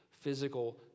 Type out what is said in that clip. physical